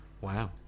Wow